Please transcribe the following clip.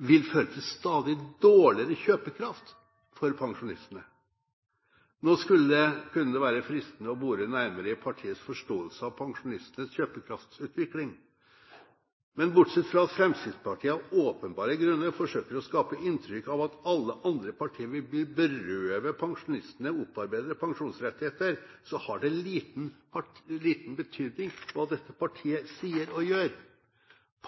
vil føre til stadig dårligere kjøpekraft for pensjonistene. Nå kunne det være fristende å bore nærmere i partiets forståelse av pensjonistenes kjøpekraftsutvikling. Men bortsett fra at Fremskrittspartiet av åpenbare grunner forsøker å skape inntrykk av at alle andre partier vil berøve pensjonistene opparbeidede pensjonsrettigheter, har det liten betydning hva dette partiet sier og gjør.